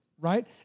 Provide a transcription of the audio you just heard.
Right